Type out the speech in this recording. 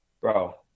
bro